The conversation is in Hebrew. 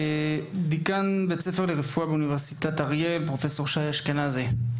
דיקן בית ספר לרפואה באוניברסיטת אריאל פרופ' שי אשכנזי,